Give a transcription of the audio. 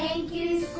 you